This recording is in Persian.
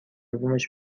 بومش